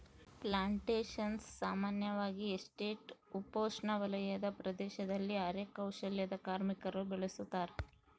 plantations ಸಾಮಾನ್ಯವಾಗಿ estate ಉಪೋಷ್ಣವಲಯದ ಪ್ರದೇಶದಲ್ಲಿ ಅರೆ ಕೌಶಲ್ಯದ ಕಾರ್ಮಿಕರು ಬೆಳುಸತಾರ